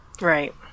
Right